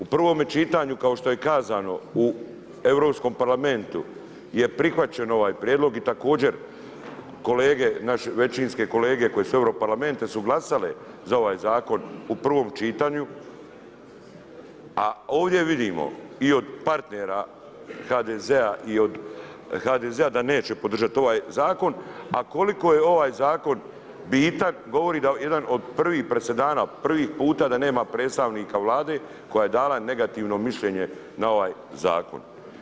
U prvome čitanju, kao što je kazano, u Europskom parlamentu je prihvaćen ovaj prijedlog i također kolege, naši većinski kolege koji su u Europarlamentu su glasale za ovaj zakon u prvom čitanju, a ovdje vidimo i od partnera HDZ-a i od HDZ-a da neće podržat ovaj zakon, a koliko je ovaj zakon bitan govori jedan od prvih presedana, prvih puta da nema predstavnika Vlade koja je dala negativno mišljenje na ovaj zakon.